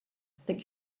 think